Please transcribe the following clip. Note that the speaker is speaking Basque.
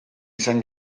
izan